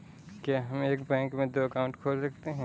क्या हम एक बैंक में दो अकाउंट खोल सकते हैं?